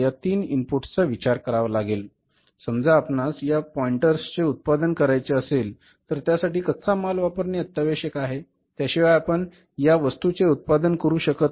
उदाहरणार्थ समजा आपणास या पॉइंटरचे उत्पादन करायचे आहे तर त्या साठी कच्च माल वापरणे अत्यावश्यक आहे त्या शिवाय आपण या वस्तूचे उत्पादन करू शकत नाही